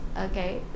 Okay